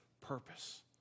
purpose